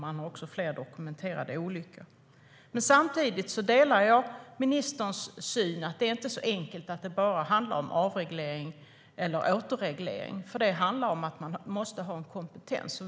Man har också fler dokumenterade olyckor. Men samtidigt delar jag ministerns syn att det inte är så enkelt som att det bara handlar om avreglering eller återreglering, för det handlar om att man måste ha kompetens.